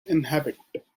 inhabit